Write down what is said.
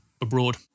abroad